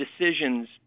decisions